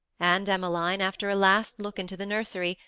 and emmeline, after a last look into the nursery,